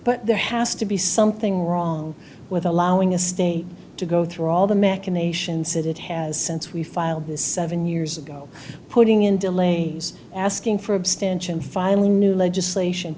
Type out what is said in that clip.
but there has to be something wrong with allowing a state to go through all the machinations that it has since we filed this seven years ago putting in delays asking for abstention finally new legislation